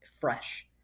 fresh